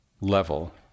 level